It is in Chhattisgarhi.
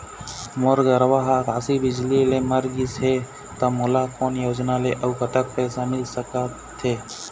मोर गरवा हा आकसीय बिजली ले मर गिस हे था मोला कोन योजना ले अऊ कतक पैसा मिल सका थे?